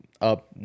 up